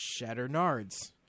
Shatternards